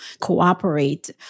cooperate